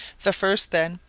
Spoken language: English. the first, then,